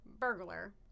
Burglar